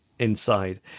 inside